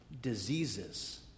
diseases